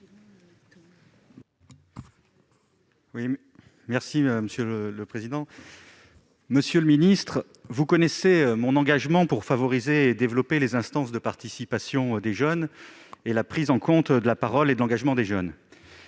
n° 13 rectifié . Monsieur le ministre, vous connaissez mon engagement en faveur du développement des instances de participation des jeunes et de la prise en compte de la parole et de l'engagement des jeunes.